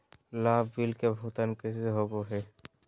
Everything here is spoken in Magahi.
लाभ बिल के भुगतान कैसे होबो हैं?